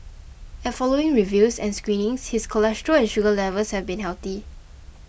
at following reviews and screenings his cholesterol and sugar levels have been healthy